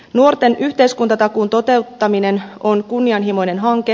nuorten yhteiskuntatakuun toteuttaminen on kunnianhimoinen hanke